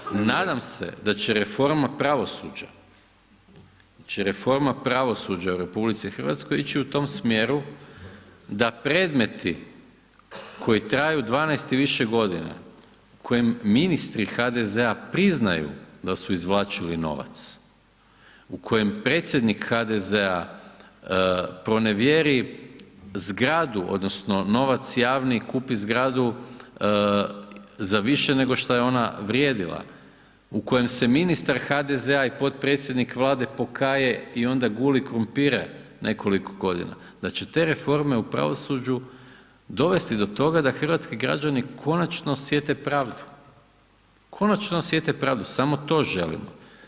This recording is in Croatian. Znači, nadam se da će reforma pravosuđa, da će reforma pravosuđa u RH ići u tom smjeru da premeti koji traju 12 i više godina, kojim ministri HDZ-a priznaju da su izvlačili novac, u kojem predsjednik HDZ-a pronevjeri zgradu odnosno novac javni i kupi zgradu za više nego šta je ona vrijedila, u kojem se ministar HDZ-a i potpredsjednik vlade pokaje i onda guli krumpire nekoliko godina, da će te reforme u pravosuđu dovesti do toga da hrvatski građani konačno osjete pravdu, konačno osjete pravdu, samo to želimo.